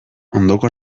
ondoko